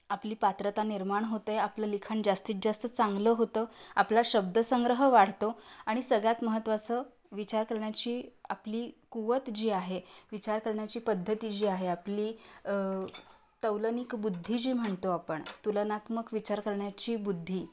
आपली पात्रता निर्माण होते आपलं लिखाण जास्तीत जास्त चांगलं होतं आपला शब्दसंग्रह वाढतो आणि सगळ्यात महत्त्वाचं विचार करण्याची आपली कुवत जी आहे विचार करण्याची पद्धती जी आहे आपली तौलनिक बुद्धी जी म्हणतो आपण तुलनात्मक विचार करण्याची बुद्धी